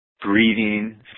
breathing